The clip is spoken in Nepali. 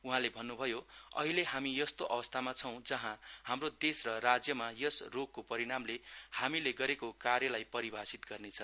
उहाँले भन्नुभयो अहिले हामी यस्तो अवस्थामा छौ जहाँ हाम्रो देश र राज्यमा यस रोगको परिणामले हामीले गरेको कार्यलाई परिभाषित गर्नेछ